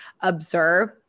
observe